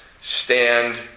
stand